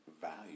value